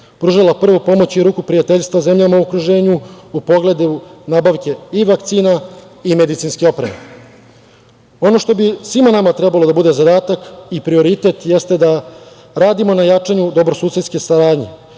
pružila prvu pomoći i ruku prijateljstva zemljama u okruženju, po pogledu nabavke i vakcina i medicinske opreme. Ono što bi svima nama trebao da bude zadatak i prioritet jeste da radimo na jačanju dobrosusedske saradnje,